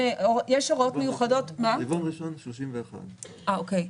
היוון ראשון 2031. אוקיי.